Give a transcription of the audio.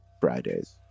Fridays